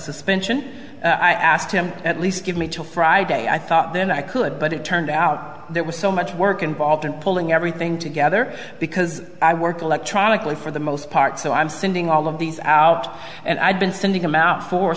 suspension i asked him at least give me till friday i thought then i could but it turned out there was so much work involved in pulling everything together because i work electronically for the most part so i'm sending all of these out and i've been sending them out for